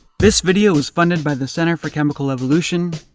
this video was funded by the center for chemical evolution,